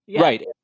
Right